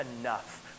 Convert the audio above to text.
enough